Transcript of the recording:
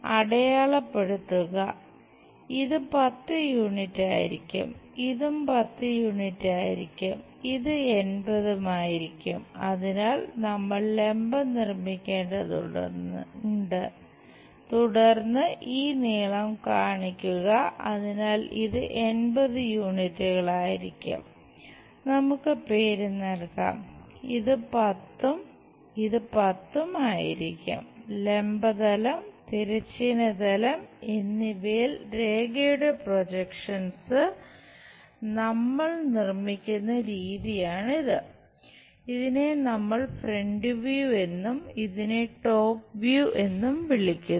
അടയാളപ്പെടുത്തലുകൾ ഉണ്ടാക്കുക ഇത് 10 യൂണിറ്റായിരിക്കും എന്നും വിളിക്കുന്നു